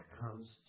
comes